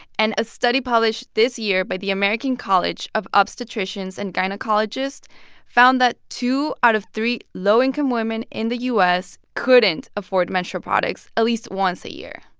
and a study published this year by the american college of obstetricians and gynecologists found that two out of three low-income women in the u s. couldn't afford menstrual products at least once a year,